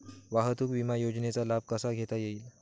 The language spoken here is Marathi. वाहतूक विमा योजनेचा लाभ कसा घेता येईल?